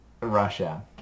Russia